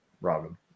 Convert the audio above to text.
Robin